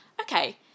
okay